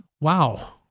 Wow